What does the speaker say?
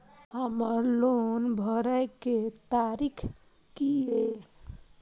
हमर लोन भरय के तारीख की ये?